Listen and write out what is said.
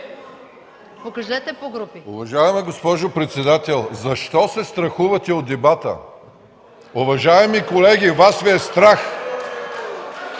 покажете по групи.